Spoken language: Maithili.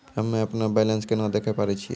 हम्मे अपनो बैलेंस केना देखे पारे छियै?